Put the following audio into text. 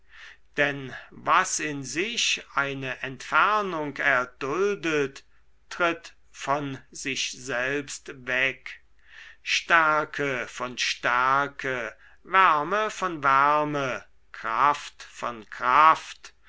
denn was in sich eine entfernung erduldet tritt von sich selbst weg stärke von stärke wärme von wärme kraft von kraft